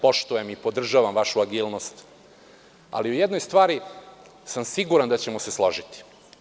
Poštujem i podržavam vašu agilnost, ali u jednoj stvari sam siguran da ćemo se složiti.